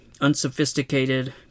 unsophisticated